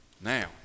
Now